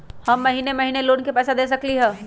हम महिने महिने लोन के पैसा दे सकली ह?